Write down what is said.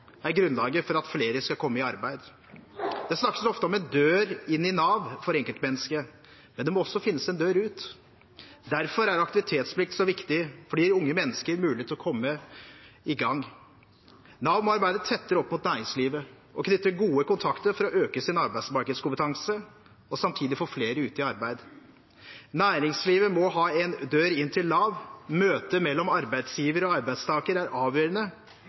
er grunnlaget for at flere skal komme i arbeid. Det snakkes ofte om en dør inn til Nav for enkeltmennesket, men det må også finnes en dør ut. Derfor er aktivitetsplikt så viktig, for det gir unge mennesker mulighet til å komme i gang. Nav må arbeide tettere opp mot næringslivet, knytte gode kontakter for å øke sin arbeidsmarkedskompetanse og samtidig få flere ut i arbeid. Næringslivet må ha en dør inn til Nav. Møte mellom arbeidsgiver og arbeidstaker er avgjørende